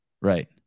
right